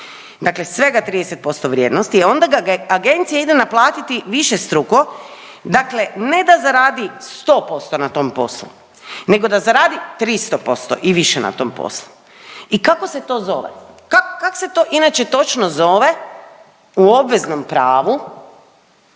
dakle svega 30% vrijednosti, a onda ga agencija ide naplatiti višestruko, dakle ne da zaradi 100% na tom poslu nego da zaradi 300% i više na tom poslu. I kako se to zove, kak, kak se to inače točno zove u obveznom pravu